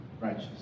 righteous